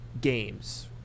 games